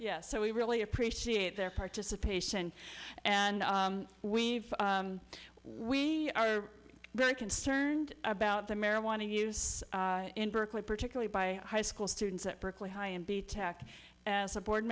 yes so we really appreciate their participation and we are very concerned about the marijuana use in berkeley particularly by high school students at berkeley high and be taxed as a board